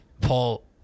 Paul